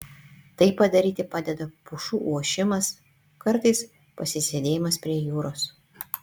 tai padaryti padeda pušų ošimas kartais pasėdėjimas prie jūros